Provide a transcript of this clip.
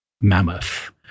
mammoth